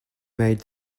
made